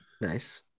Nice